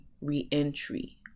re-entry